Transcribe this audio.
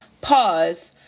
Pause